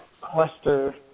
Cluster